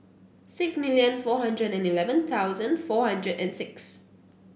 six million four hundred and eleven thousand four hundred and six